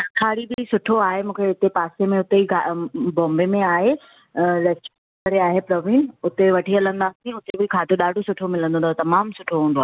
बि सुठो आहे मूंखे हिते पासे में उते ई बॉम्बे में आहे लच्छी करे आहे प्रवीन उते वठी हलंदासीं उते बि खाधो ॾाढो सुठो मिलंदो अथव तमामु सुठो हूंदो आहे